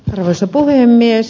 arvoisa puhemies